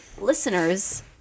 listeners